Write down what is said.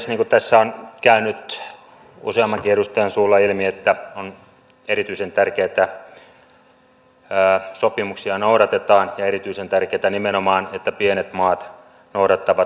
niin kuin tässä on käynyt useammankin edustajan suulla ilmi on erityisen tärkeää että sopimuksia noudatetaan ja erityisen tärkeätä nimenomaan että pienet maat noudattavat sopimuksia